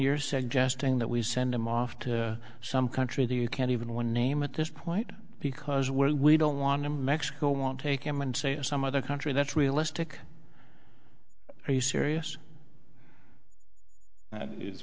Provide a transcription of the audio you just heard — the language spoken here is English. you're suggesting that we send him off to some country to you can't even one name at this point because well we don't want to mexico won't take him and say or some other country that's realistic are you serious that is